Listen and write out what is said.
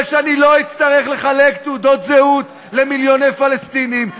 ואני לא אצטרך לחלק תעודות זהות למיליוני פלסטינים.